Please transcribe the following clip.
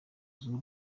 z’u